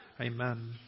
Amen